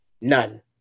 none